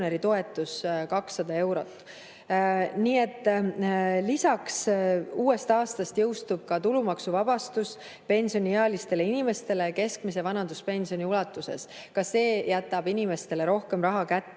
200 eurot. Uuest aastast jõustub tulumaksuvabastus pensioniealistele inimestele keskmise vanaduspensioni ulatuses, ka see jätab inimestele rohkem raha kätte.